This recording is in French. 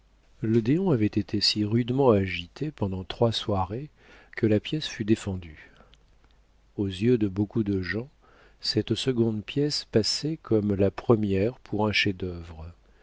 l'odéon avait été si rudement agité pendant trois soirées que la pièce fut défendue aux yeux de beaucoup de gens cette seconde pièce passait comme la première pour un chef-d'œuvre